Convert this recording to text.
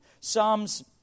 Psalms